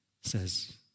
Says